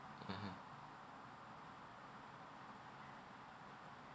mmhmm